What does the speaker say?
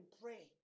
pray